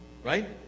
Right